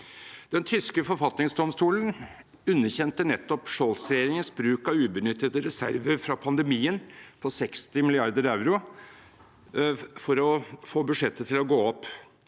Den tyske forfatningsdomstolen underkjente nettopp Scholz-regjeringens bruk av ubenyttede reserver fra pandemien på 60 mrd. euro for å få budsjettet til å gå opp,